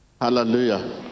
hallelujah